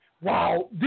Wow